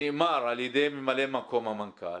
נאמר על ידי ממלא מקום המנכ"ל